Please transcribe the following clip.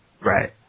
Right